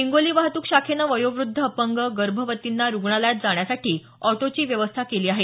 हिंगोली वाहतूक शाखेनं वयोवद्ध अपंग गर्भवतींना रुग्णालयात जाण्यासाठी ऑटोची व्यवस्था केली आहे